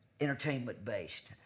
entertainment-based